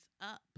up